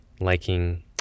liking